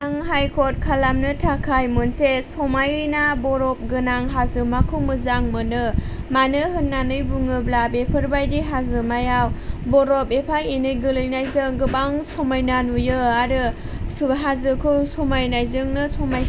आं हाय रेकर्ड खालामनो थाखाय मोनसे मोनसे समायना बरफ गोनां हाजोमाखौ मोजां मोनो मानो होननानै बुङोब्ला बेफोरबायदि हाजोमायाव बरफ एफा एनै गोलैनायजों गोबां समायना नुयो आरो हाजोखौ समायनायजोंनो समाय